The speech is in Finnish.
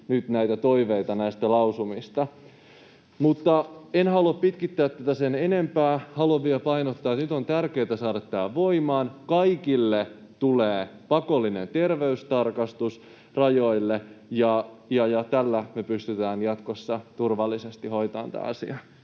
näitä toiveita näistä lausumista. Mutta en halua pitkittää tätä sen enempää, haluan vielä painottaa, että nyt on tärkeätä saada tämä voimaan. Kaikille tulee pakollinen terveystarkastus rajoille, ja tällä me pystytään jatkossa turvallisesti hoitamaan tämä asia.